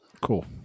Cool